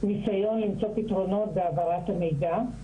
ובנסיון למצוא פתרונות בהעברת המידע.